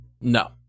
No